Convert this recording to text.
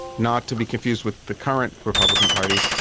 not to be confused with the current republican party.